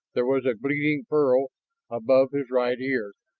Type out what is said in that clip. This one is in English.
there was a bleeding furrow above his right ear.